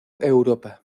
europa